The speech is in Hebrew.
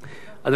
אדוני היושב-ראש,